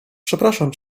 przepraszam